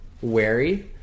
wary